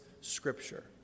scripture